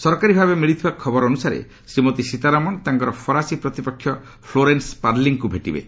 ସରକାରୀଭାବେ ମିଳିଥିବା ଖବର ଅନୁସାରେ ଶ୍ରୀମତୀ ସୀତାରମଣ ତାଙ୍କର ଫରାସୀ ପ୍ରତିପକ୍ଷ ଫ୍ଲୋରେନ୍ସ ପାର୍ଲିଙ୍କୁ ଭେଟିବେ